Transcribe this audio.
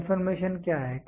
conformation क्या है